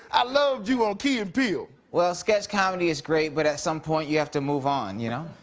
i loved you on key and peele. well, sketch comedy is great. but at some point you have to move on, you know?